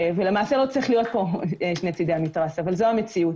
ולמעשה לא צריכים להיות פה שני צדי המתרס אבל זו המציאות.